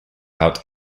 out